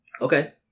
Okay